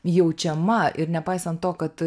jaučiama ir nepaisant to kad